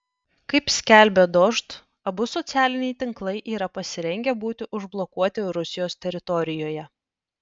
kaip skelbia dožd abu socialiniai tinklai yra pasirengę būti užblokuoti rusijos teritorijoje